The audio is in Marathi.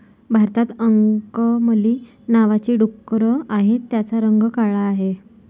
भारतात अंकमली नावाची डुकरं आहेत, त्यांचा रंग काळा आहे